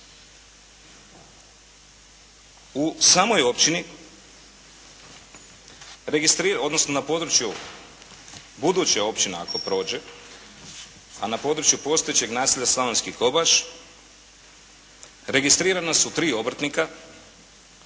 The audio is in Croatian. U samoj općini, odnosno na području buduće općine ako prođe, a na području postojećeg naselja Slavonski Kobaš registrirana su tri obrtnika,